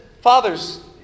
fathers